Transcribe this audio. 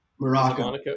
Morocco